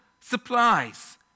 supplies